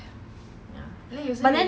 ya lah